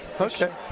Okay